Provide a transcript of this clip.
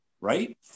right